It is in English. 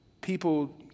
people